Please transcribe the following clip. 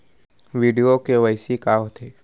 video KYC का होथे